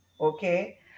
okay